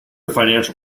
financial